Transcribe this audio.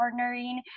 partnering